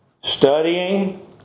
studying